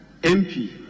MP